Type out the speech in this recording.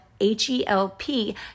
H-E-L-P